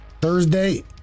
Thursday